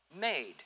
made